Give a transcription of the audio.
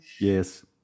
Yes